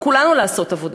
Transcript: על כולנו לעשות עבודה.